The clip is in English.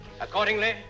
Accordingly